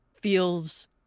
feels